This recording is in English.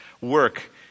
work